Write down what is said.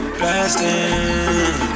Blasting